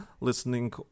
listening